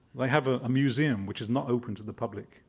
they have a museum which is not open to the public.